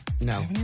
No